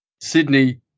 Sydney